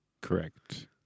correct